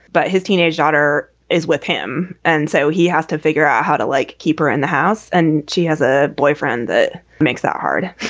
but his teenage daughter is with him. and so he has to figure out how to, like, keep her in the house. and she has a boyfriend that makes that hard.